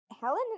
helen